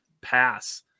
pass